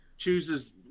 chooses